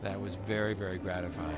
that was very very gratifying